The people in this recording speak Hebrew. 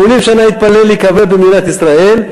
80 שנה הוא התפלל להיקבר במדינת ישראל,